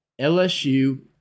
LSU